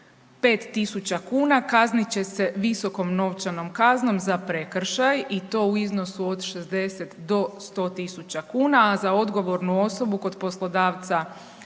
5.000 kuna kaznit će se visokom novčanom kaznom za prekršaj i to u iznosu od 60 do 100.000 kuna, a za odgovornu osobu kod poslodavca